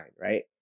right